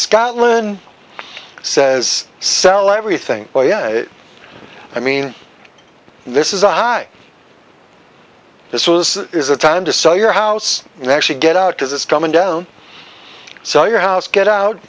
scotland says sell everything oh yeah i mean this is a high this was is a time to sell your house and actually get out as it's coming down so your house get out